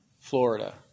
Florida